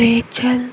Rachel